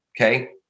okay